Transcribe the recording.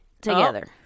together